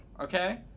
Okay